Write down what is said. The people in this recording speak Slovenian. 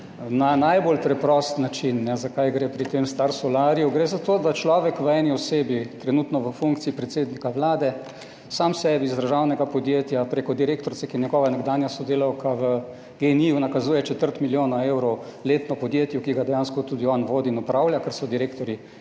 na najbolj preprost način, za kaj gre pri tem Star Solarju. Gre zato, da človek v eni osebi, trenutno v funkciji predsednika vlade, sam sebi iz državnega podjetja, preko direktorice, ki je njegova nekdanja sodelavka v Gen-I nakazuje četrt milijona evrov letno podjetju, ki ga dejansko tudi on vodi in opravlja, ker so direktorji,